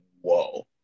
whoa